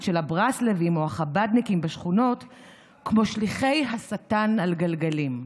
של הברסלבים / או החבדניקים בשכונות / כמו שליחי השטן על גלגלים.